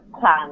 plan